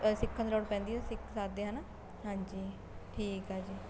ਸਿੱਖਣ ਦੀ ਲੋੜ ਪੈਂਦੀ ਹੈ ਸਿੱਖ ਸਕਦੇ ਹੈ ਨਾ ਹਾਂਜੀ ਠੀਕ ਆ ਜੀ